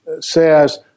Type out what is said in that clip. says